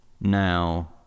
now